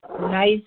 nice